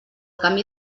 camí